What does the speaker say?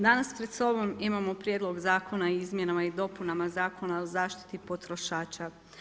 Danas pred sobom imamo prijedlog Zakona o izmjenama i dopuna Zakona o zaštiti potrošača.